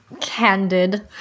candid